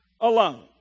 alone